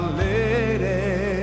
lady